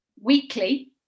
weekly